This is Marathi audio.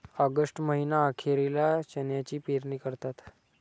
ऑगस्ट महीना अखेरीला चण्याची पेरणी करतात